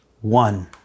One